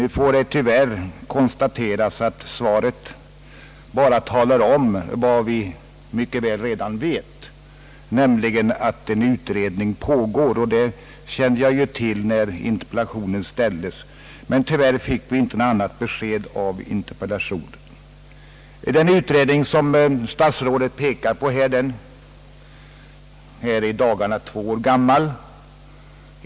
Nu kan det tyvärr konstateras att svaret bara talar om vad vi mycket väl redan vet, nämligen att en utredning pågår, och det kände jag till när interpellationen framställdes, men tyvärr fick jag inte något annat besked av interpellationssvaret. Den utredning som herr statsrådet erinrar om är i dagarna två år gammal.